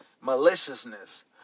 maliciousness